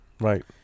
Right